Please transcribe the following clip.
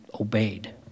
obeyed